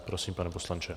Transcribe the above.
Prosím, pane poslanče.